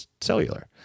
cellular